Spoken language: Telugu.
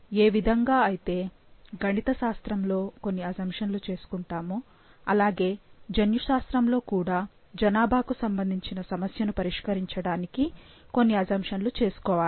ఏ విధంగా అయితే గణితశాస్త్రంలో కొన్ని అసంషన్లు చేసుకుంటామో అలాగే జన్యుశాస్త్రంలో కూడా జనాభాకు సంబంధించిన సమస్యను పరిష్కరించడానికి కొన్ని అసంషన్లు చేసుకోవాలి